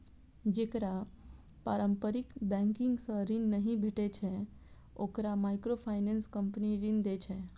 जेकरा पारंपरिक बैंकिंग सं ऋण नहि भेटै छै, ओकरा माइक्रोफाइनेंस कंपनी ऋण दै छै